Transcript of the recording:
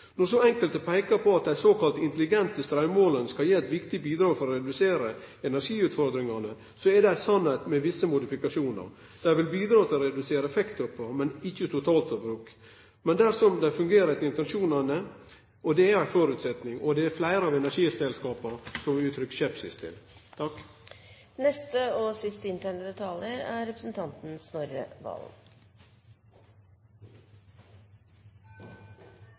Når enkelte peikar på at dei såkalla intelligente straummålarane skal gi eit viktig bidrag til å redusere energiutfordringane, er det ei sanning med visse modifikasjonar. Dei vil bidra til å redusere effekttoppar, men ikkje totalforbruk dersom dei fungerer etter intensjonane – og det er ein føresetnad – men det er det fleire av energiselskapa som har uttrykt skepsis til. Jeg skal først gi representanten Hjemdal helt rett – Kristelig Folkeparti har jo vist handlekraft, og